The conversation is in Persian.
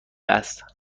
است